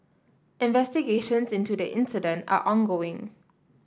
investigations into the incident are ongoing